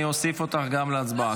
אני אוסיף אותך להצבעה,